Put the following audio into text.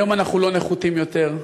היום אנחנו לא נחותים יותר,